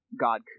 God